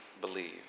believe